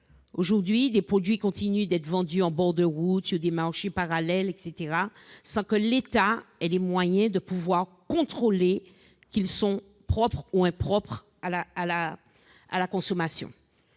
Aujourd'hui, des produits continuent d'être vendus en bord de route, sur des marchés parallèles, etc., sans que l'État ait les moyens de pouvoir contrôler s'ils sont propres ou impropres à la consommation.